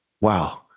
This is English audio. wow